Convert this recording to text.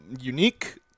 unique